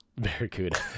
Barracuda